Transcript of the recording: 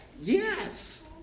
yes